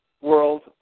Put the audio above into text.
world